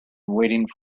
waiting